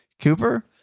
Cooper